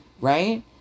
Right